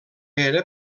era